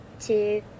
two